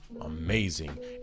amazing